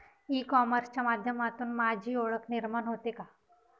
E कॉमर्सच्या माध्यमातून माझी ओळख निर्माण होते का?